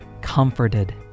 comforted